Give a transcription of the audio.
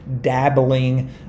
dabbling